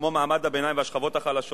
כמו מעמד הביניים והשכבות החלשות,